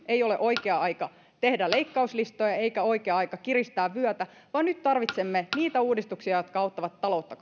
ei ole oikea aika tehdä leikkauslistoja eikä oikea aika kiristää vyötä vaan nyt tarvitsemme niitä uudistuksia jotka auttavat taloutta